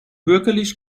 bürgerlich